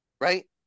right